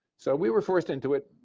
so we were forced into it,